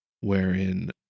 wherein